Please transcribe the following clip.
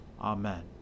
Amen